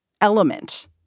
element